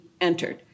entered